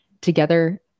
together